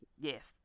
Yes